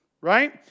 Right